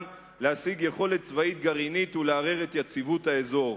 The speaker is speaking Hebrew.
להשיג יכולת צבאית גרעינית ולערער את יציבות האזור.